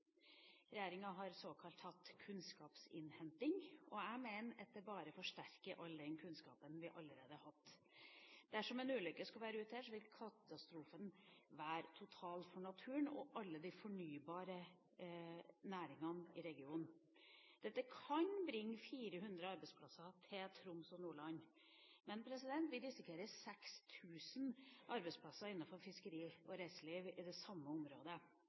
Regjeringa har hatt såkalt kunnskapsinnhenting, og jeg mener den forsterker all den kunnskapen vi allerede hadde. Dersom ulykken skulle være ute her, ville katastrofen være total for naturen og alle de fornybare næringene i regionen. Dette kan bringe 400 arbeidsplasser til Troms og Nordland, men vi risikerer 6 000 arbeidsplasser innenfor fiskeri og reiseliv i det samme området.